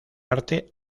arte